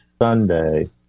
Sunday